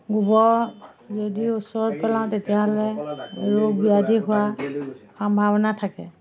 গোবৰ যদি ওচৰত পেলাওঁ তেতিয়াহ'লে ৰোগ ব্যাধি হোৱা সম্ভাৱনা থাকে